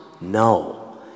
no